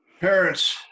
Parents